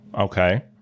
Okay